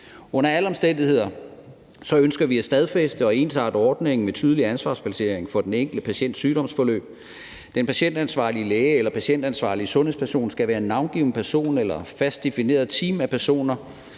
Under alle omstændigheder ønsker vi at stadfæste og ensarte ordningen med tydelig ansvarsplacering for den enkelte patients sygdomsforløb. Den patientansvarlige læge eller patientansvarlige sundhedsperson skal være en navngiven person eller et fast defineret team af personer,